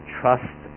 trust